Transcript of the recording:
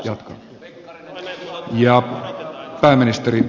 arvoisa herra puhemies